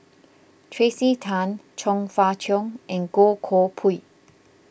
Tracey Tan Chong Fah Cheong and Goh Koh Pui